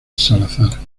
salazar